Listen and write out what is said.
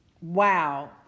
Wow